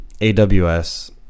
AWS